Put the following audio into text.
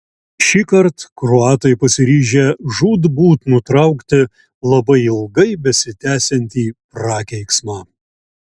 šįkart kroatai pasiryžę žūtbūt nutraukti labai ilgai besitęsiantį prakeiksmą